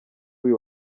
uyu